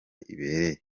ibereye